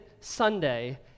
Sunday